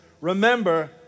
Remember